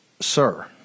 sir